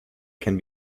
can